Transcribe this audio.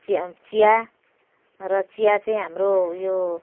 चिया चिया र चिया चाहिँ हाम्रो उयो